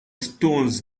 stones